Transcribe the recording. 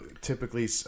typically